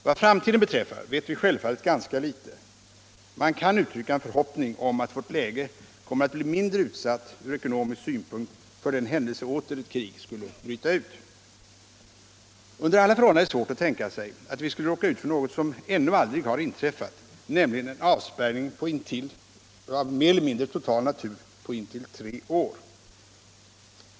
Vad framtiden beträffar vet vi självfallet ganska litet. Man kan uttrycka en förhoppning om att vårt läge kommer att bli mindre utsatt från ekonomisk synpunkt för den händelse ett krig åter skulle bryta ut. Under alla förhållanden är det svårt att tänka sig att vi skulle råka ut för något som ännu aldrig har inträffat, nämligen en avspärrning av mer eller mindre total natur på intill tre år.